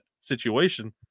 situation